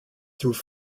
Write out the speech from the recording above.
through